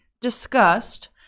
discussed